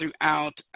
throughout